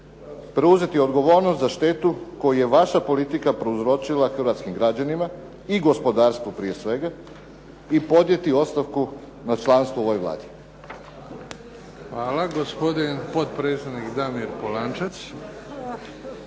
preuzeti odgovornost za štetu koju je vaša politika prouzročila hrvatskim građanima i gospodarstvu prije svega i podnijeti ostavku na članstvo u ovoj Vladi? **Bebić, Luka (HDZ)** Hvala. Gospodin potpredsjednik, Damir Polančec.